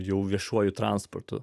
jau viešuoju transportu